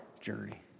journey